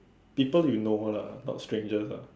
people you know lah not strangers lah